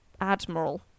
Admiral